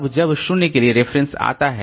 अब जब 0 के लिए रेफरेंस है